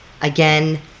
Again